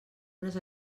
unes